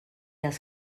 els